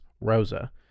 Rosa